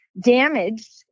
damaged